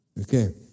Okay